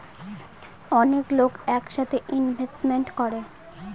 অনেক লোক এক সাথে ইনভেস্ট করে